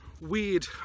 weird